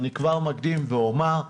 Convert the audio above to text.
אני כבר מקדים ואומר,